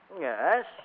Yes